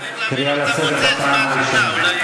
קריאה לסדר פעם ראשונה.